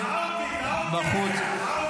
תצאי מפה.